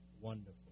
wonderful